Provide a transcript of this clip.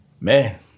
Man